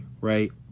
right